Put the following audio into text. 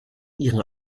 ihren